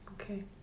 Okay